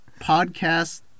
Podcast